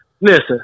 Listen